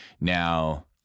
now